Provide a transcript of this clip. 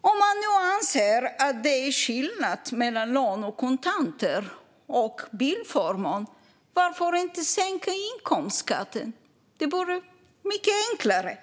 Om han nu anser att det är skillnad mellan lön och kontanter och bilförmån, varför inte sänka inkomstskatten? Det vore mycket enklare.